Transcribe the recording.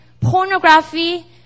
pornography